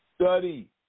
Study